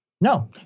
No